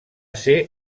ser